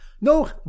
No